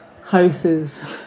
houses